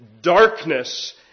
darkness